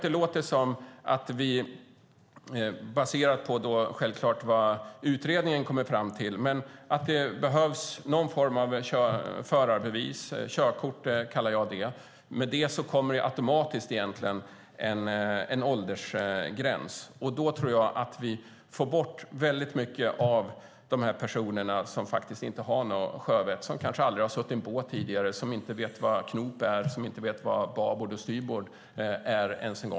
Det ska självklart baseras på vad utredningen kommer fram till, men det behövs någon form av förarbevis - körkort kallar jag det. Med det kommer egentligen automatiskt en åldersgräns. Då tror jag att vi får bort väldigt många av de personer som inte har något sjövett, som kanske aldrig har suttit i en båt tidigare, som inte vet vad knop är eller ens en gång vad babord och styrbord är.